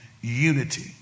unity